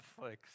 Netflix